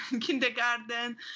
kindergarten